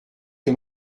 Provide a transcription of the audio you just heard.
que